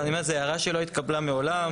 אני אומר, זו הערה שלא התקבלה מעולם.